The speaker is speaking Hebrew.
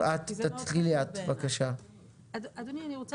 כי זה מאוד חשוב בעיניי.